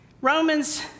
Romans